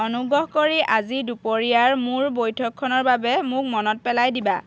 অনুগ্ৰহ কৰি আজি দুপৰীয়াৰ মোৰ বৈঠকখনৰ বাবে মোক মনত পেলাই দিবা